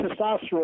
testosterone